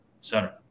center